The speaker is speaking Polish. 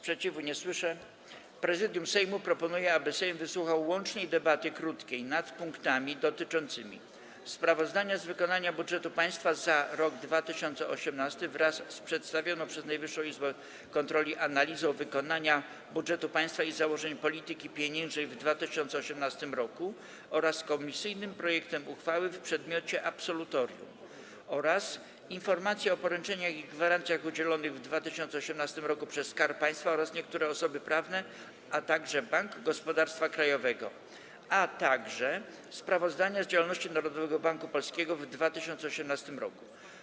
Prezydium Sejmu proponuje, aby Sejm wysłuchał łącznej debaty krótkiej nad punktami dotyczącymi: - sprawozdania z wykonania budżetu państwa za rok 2018 wraz z przedstawioną przez Najwyższą Izbę Kontroli analizą wykonania budżetu państwa i założeń polityki pieniężnej w 2018 r. oraz komisyjnym projektem uchwały w przedmiocie absolutorium, - informacji o poręczeniach i gwarancjach udzielonych w 2018 r. przez Skarb Państwa, niektóre osoby prawne oraz Bank Gospodarstwa Krajowego, - sprawozdania z działalności Narodowego Banku Polskiego w 2018 r.